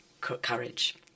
courage